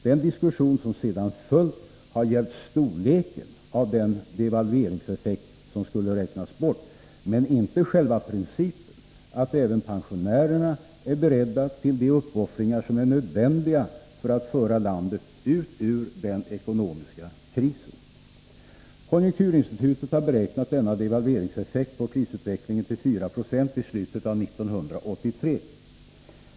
Den diskussion som sedan följt har gällt storleken av den devalveringseffekt som skulle räknas bort, men inte själva principen att även pensionärerna är beredda till de uppoffringar som är nödvändiga för att föra landet ur den ekonomiska krisen. Konjunkturinstitutet har beräknat denna devalveringseffekt på prisutvecklingen till 4 96 vid slutet av 1983.